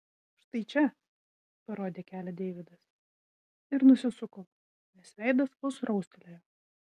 štai čia parodė kelią deividas ir nusisuko nes veidas vos raustelėjo